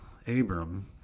Abram